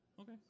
Okay